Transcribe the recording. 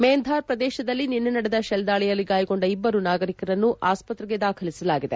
ಮೇಂಧಾರ್ ಪ್ರದೇಶದಲ್ಲಿ ನಿನ್ನೆ ನಡೆದ ಶೆಲ್ ದಾಳಿಯಲ್ಲಿ ಗಾಯಗೊಂಡ ಇಬ್ಲರು ನಾಗರಿಕರನ್ನು ಆಸ್ಪತ್ರೆಗೆ ದಾಖಲಿಸಲಾಗಿದೆ